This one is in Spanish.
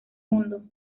mundo